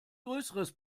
größeres